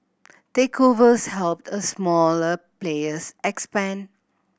takeovers helped a smaller players expand